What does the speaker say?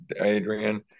Adrian